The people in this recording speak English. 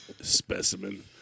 Specimen